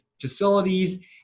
facilities